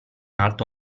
alto